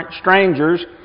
strangers